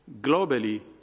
globally